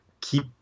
keep